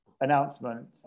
announcement